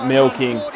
Milking